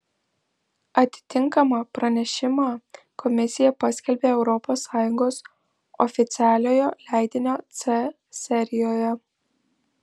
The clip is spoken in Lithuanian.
atitinkamą pranešimą komisija paskelbia europos sąjungos oficialiojo leidinio c serijoje